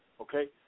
okay